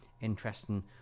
interesting